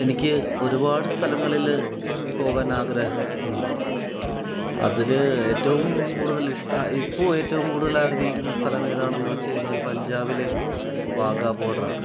എനിക്ക് ഒരുപാട് സ്ഥലങ്ങളിൽ പോകാൻ ആഗ്രഹം ഉണ്ട് അതിൽ ഏറ്റവും കൂടുതൽ ഇഷ്ട ഇപ്പോൾ ഏറ്റവും കൂടുതലാഗ്രഹിക്കുന്ന സ്ഥലം ഏതാണെന്ന് വെച്ചുകഴിഞ്ഞാൽ പഞ്ചാബിൽ വാഗാ ബോഡറാണ്